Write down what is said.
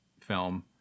film